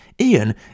Ian